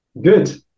good